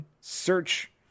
search